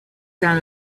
down